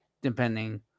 depending